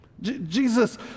Jesus